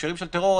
בהקשרים של טרור,